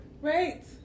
Right